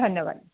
ধন্যবাদ